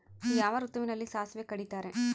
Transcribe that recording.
ಯಾವ ಋತುವಿನಲ್ಲಿ ಸಾಸಿವೆ ಕಡಿತಾರೆ?